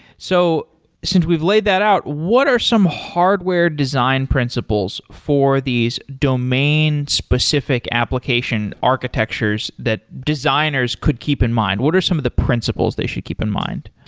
so since we've laid that out, what are some hardware design principles for these domain-specific application architectures that designers could keep in mind? what are some of the principles they should keep in mind?